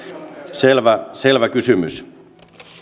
selvä selvä kysymys